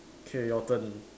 okay your turn